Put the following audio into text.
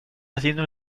haciendo